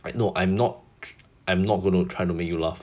I know I'm not I'm not gonna try to make you laugh